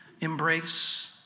embrace